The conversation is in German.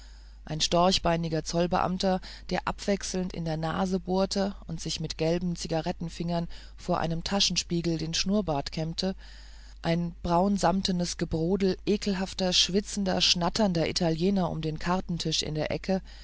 ein storchbeiniger zollbeamter der abwechselnd in der nase bohrte oder sich mit gelben zigarettenfingern vor einem taschenspiegel den schnurrbart kämmte ein braunsammetenes gebrodel ekelhafter verschwitzter schnatternder italiener um den kartentisch in der ecke